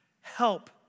Help